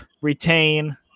retain